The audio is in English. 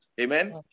amen